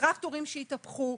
טרקטורים שהתהפכו,